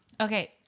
Okay